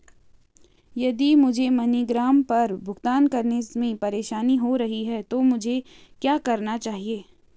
यदि मुझे मनीग्राम पर भुगतान करने में परेशानी हो रही है तो मुझे क्या करना चाहिए?